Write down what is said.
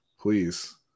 please